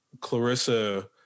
Clarissa